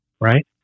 Right